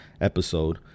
episode